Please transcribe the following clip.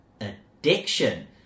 addiction